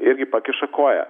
irgi pakiša koją